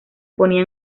ponía